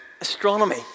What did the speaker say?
Astronomy